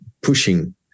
pushing